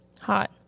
hot